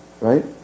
Right